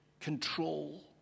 control